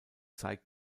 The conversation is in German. zeigt